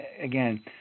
Again